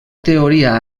teoria